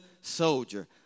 soldier